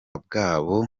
bwabo